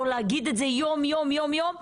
מאיה מורנו שמובילה איתי את הנושא של השבת הבנים.